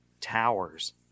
towers